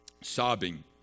sobbing